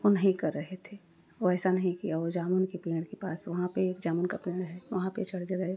वह नहीं कर रहे थे वह ऐसा नहीं किया वह जामुन के पेड़ के पास वहाँ पर एक जामुन का पेड़ हैं वहाँ पर चढ़ गए